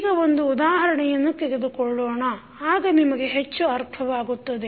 ಈಗ ಒಂದು ಉದಾಹರಣೆಯನ್ನು ತೆಗೆದುಕೊಳ್ಳೋಣ ಆಗ ನಿಮಗೆ ಹೆಚ್ಚು ಅರ್ಥವಾಗುತ್ತದೆ